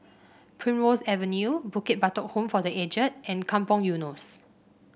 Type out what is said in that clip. Primrose Avenue Bukit Batok Home for The Aged and Kampong Eunos